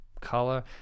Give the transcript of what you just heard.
color